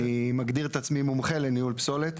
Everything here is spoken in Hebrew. אני מגדיר את עצמי מומחה לניהול פסולת.